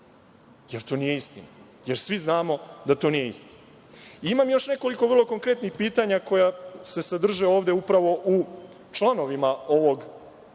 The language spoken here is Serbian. jer to nije istina, jer svi znamo da to nije istina. Imam još nekoliko vrlo konkretnih pitanja koja se sadrže ovde upravo u članovima ovog zakona